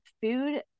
food